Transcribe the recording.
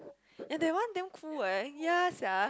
and that one damn cool eh ya sia